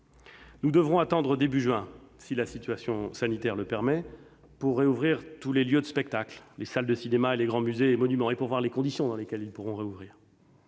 Nous devrons attendre début juin, si la situation sanitaire le permet, pour rouvrir tous les lieux de spectacle, les salles de cinéma et les grands musées et monuments. Il conviendra alors d'examiner dans quelles conditions tous